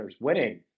winning